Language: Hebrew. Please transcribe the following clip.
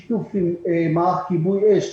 בשיתוף עם מערך כיבוי אש